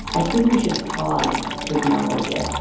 i think we should pause to acknowledge it.